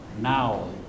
now